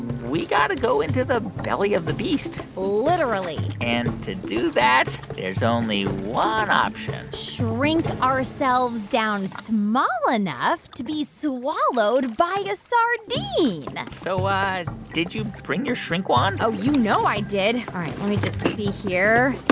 we've got to go into the belly of the beast literally and to do that, there's only one option shrink ourselves down small enough to be swallowed by a sardine so um did you bring your shrink wand? oh, you know i did. all right. let me just see here.